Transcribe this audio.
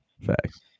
Facts